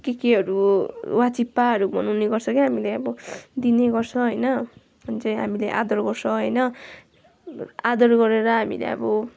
के केहरू वाचिप्पाहरू बनाउने गर्छ क्या हामीले अब दिने गर्छ होइन अनि चाहिँ हामीले आदर गर्छौँ होइन आदर गरेर हामीले अब